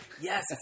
Yes